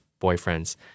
boyfriends